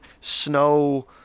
snow